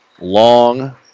Long